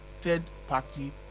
third-party